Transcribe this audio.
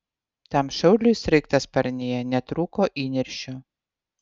tam šauliui sraigtasparnyje netrūko įniršio